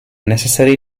necessary